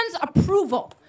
approval